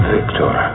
Victor